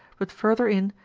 but further in,